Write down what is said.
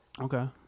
Okay